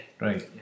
Right